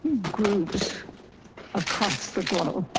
groups across the globe.